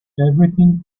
everything